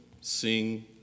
sing